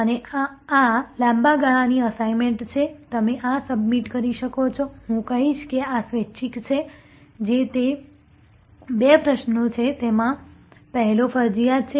અને આ લાંબા ગાળાની અસાઇનમેન્ટ છે તમે આ સબમિટ કરી શકો છો હું કહીશ કે આ સ્વૈચ્છિક છે જે તે બે પ્રશ્નો છે તેમાં પહેલો ફરજિયાત છે